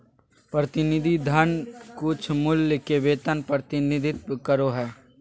प्रतिनिधि धन कुछमूल्य के वेतन प्रतिनिधित्व करो हइ